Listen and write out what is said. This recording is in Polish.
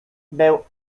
był